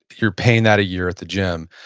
you're paying that a year at the gym.